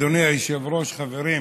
אדוני היושב-ראש, חברים,